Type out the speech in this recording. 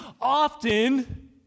often